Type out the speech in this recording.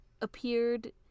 appeared